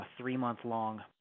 three-month-long